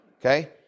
Okay